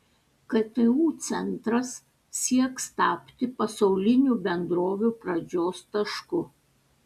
ktu centras sieks tapti pasaulinių bendrovių pradžios tašku